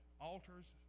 altars